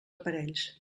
aparells